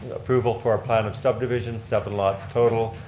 approval for a plan of subdivision, seven lots total,